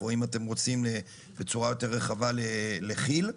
או אם אתם רוצים בצורה יותר רחבה לכי"ל.